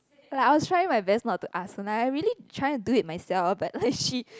like I was trying my best not to ask and like I really trying to do it myself but like she